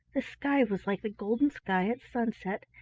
the sky was like the golden sky at sunset,